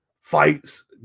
fights